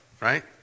right